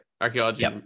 Archaeology